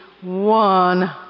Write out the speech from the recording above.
one